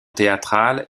théâtrales